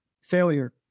Failure